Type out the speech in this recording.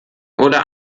oder